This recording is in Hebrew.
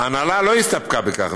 ההנהלה לא הסתפקה בכך,